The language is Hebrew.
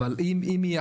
אבל אם היא,